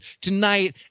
tonight